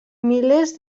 milers